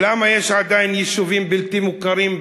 למה יש עדיין יישובים בלתי מוכרים,